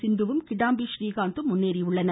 சிந்துவும் கிடாம்பி றீகாந்தும் முன்னேறியுள்ளனர்